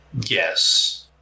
Yes